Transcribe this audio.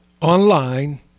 online